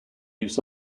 use